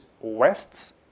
West's